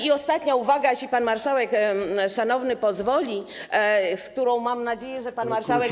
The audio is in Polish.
I ostatnia uwaga, jeśli pan marszałek szanowny pozwoli, z którą, mam nadzieję, pan marszałek.